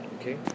Okay